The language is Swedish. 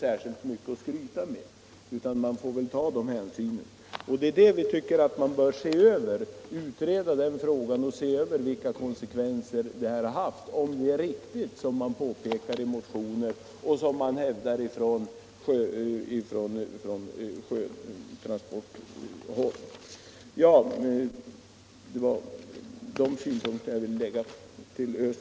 Vi anser alltså att man bör utreda vilka konsekvenser transportstödet haft och om det som hävdats i motioner och från sjötransporthåll är riktigt.